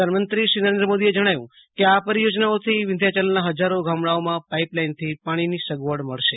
પ્રધાનમંત્રી શ્રો નરેન્દ્ર મોદીએ જણાવ્ય હતું કે આ પરીયોજનાઓથી વિધ્યાચલના હજારો ગામડાઓને પાઈપલાઈનથી પાણીનો સગવડ મળશે